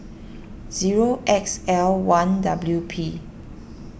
zero X L one W P